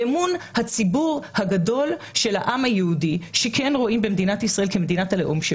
אמון הציבור הגדול של העם היהודי שכן רואים במדינת ישראל כמדינת הלאום.